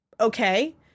Okay